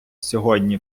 сьогодні